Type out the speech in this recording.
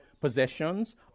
possessions